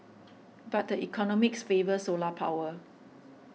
but the economics favour solar power